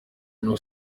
ubwo